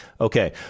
Okay